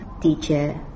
teacher